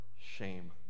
shame